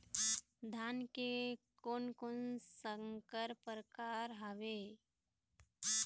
धान के कोन कोन संकर परकार हावे?